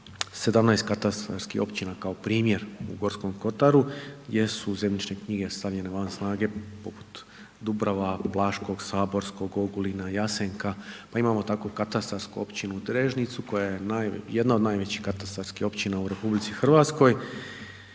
17 katastarskih općina kao primjer u Gorskom kotaru gdje su zemljišne knjige stavljene van snage poput Dubrava, Plaškog, Saborskog, Ogulina, Jasenka, pa imamo tako katastarsku općinu Drežnicu koja je jedna od najvećih katastarskih općina u RH gdje